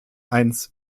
eins